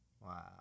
Wow